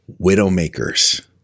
Widowmakers